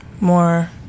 more